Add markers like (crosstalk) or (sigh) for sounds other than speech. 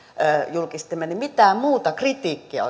julkistimme hallituspuolueet eivät keksineet oikeastaan mitään muuta kritiikkiä (unintelligible)